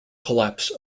collapse